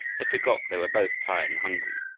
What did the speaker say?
they forgot they were both tired and hungry.